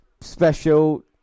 special